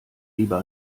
lieber